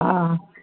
हँ